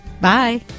Bye